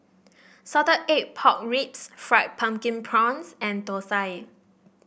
Salted Egg Pork Ribs Fried Pumpkin Prawns and Thosai